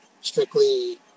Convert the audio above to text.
strictly